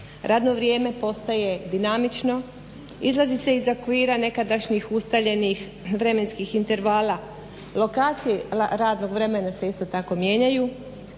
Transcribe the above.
radno vrijeme postaje dinamično, izlazi se iz okvira nekadašnjih ustaljenih vremenskih intervala, lokacije radnih vremena se isto tako mijenjaju.